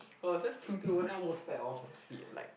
I was just tilting over then I almost fell off my seat like